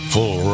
Full